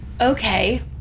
Okay